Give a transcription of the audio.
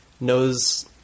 Knows